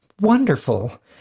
wonderful